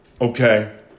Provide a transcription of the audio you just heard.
Okay